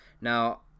now